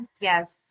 yes